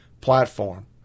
platform